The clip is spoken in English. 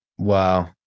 Wow